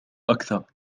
أكثر